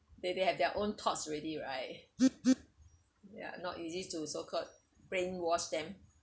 they they have their own thoughts already right ya not easy to so called brainwash them